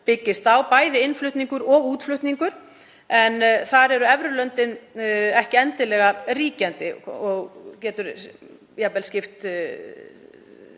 byggist á, bæði innflutningur og útflutningur. Þar eru evrulöndin ekki endilega ríkjandi og getur